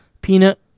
peanut